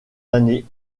années